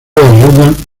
ayudan